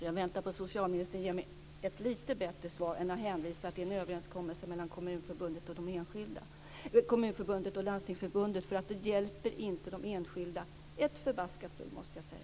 Jag väntar på att socialministern ger mig ett litet bättre svar än att hänvisa mig till en överenskommelse mellan Kommunförbundet och Landstingsförbundet. Det hjälper inte de enskilda ett förbaskat dugg.